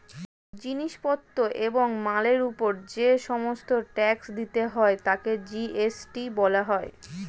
জিনিস পত্র এবং মালের উপর যে সমস্ত ট্যাক্স দিতে হয় তাকে জি.এস.টি বলা হয়